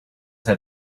had